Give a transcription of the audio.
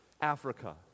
Africa